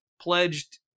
pledged